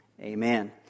Amen